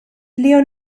leon